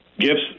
Gifts